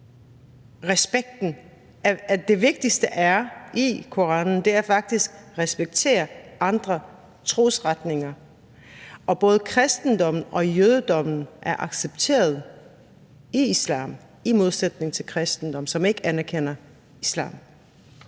det vigtigste i Koranen faktisk er at respektere andre trosretninger, og både kristendommen og jødedommen er accepteret i islam, i modsætning til kristendommen, som ikke anerkender islam.